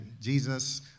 Jesus